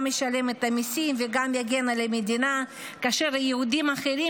משלם את המיסים וגם יגן על המדינה כאשר יהודים אחרים